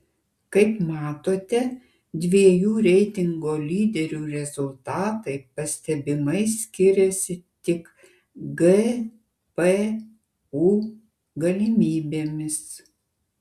kaip matote dviejų reitingo lyderių rezultatai pastebimai skiriasi tik gpu galimybėmis